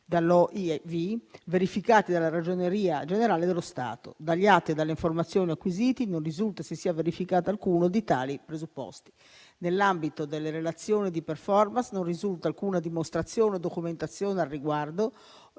(OIV) e verificati dalla Ragioneria generale dello Stato. Dagli atti e dalle informazioni acquisiti, non risulta se sia verificato alcuno di tali presupposti. Nell'ambito delle relazioni di *performance*, non risulta alcuna dimostrazione o documentazione al riguardo